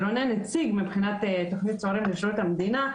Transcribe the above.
רונן הציג מבחינת תכנית 'צוערים לשירות המדינה',